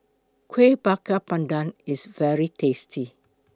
Kuih Bakar Pandan IS very tasty